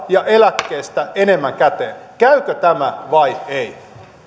ja eläkkeestä enemmän käteen käykö tämä vai ei